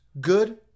good